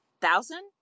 thousand